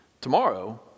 Tomorrow